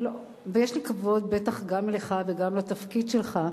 ויש לי כבוד, בטח גם לך וגם לתפקיד שלך,